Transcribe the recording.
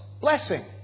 blessing